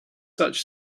such